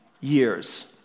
years